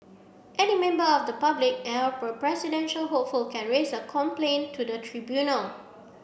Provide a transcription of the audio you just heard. any member of the public a presidential hopeful can raise a complaint to the tribunal